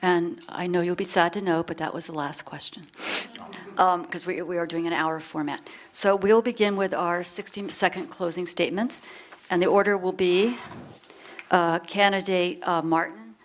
and i know you'll be sad to know but that was the last question because we are doing in our format so we'll begin with our sixty second closing statements and the order will be candidate martin